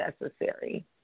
necessary